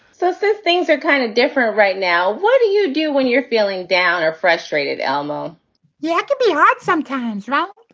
so so if things are kind of different right now, what do you do when you're feeling down or frustrated? elmo yeah can be hard sometimes. but,